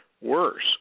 worse